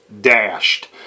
dashed